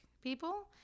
people